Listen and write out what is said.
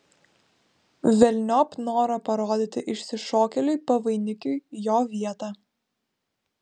velniop norą parodyti išsišokėliui pavainikiui jo vietą